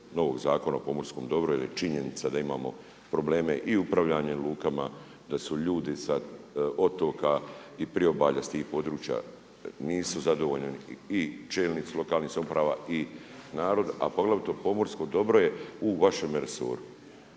novog Zakona o pomorskom dobru jer je činjenica da imamo probleme i upravljanje lukama, da su ljudi sa otoka i priobalja sa tih područja nisu zadovoljni i čelnici lokalnih samouprava i narod a poglavito pomorsko dobro je u vašem resoru.